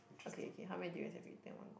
okay okay how many durians have you eat at one